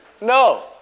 no